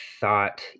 thought